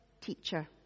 teacher